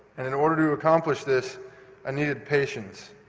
and in order to accomplish this i needed patience.